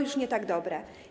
Już nie tak dobre.